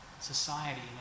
society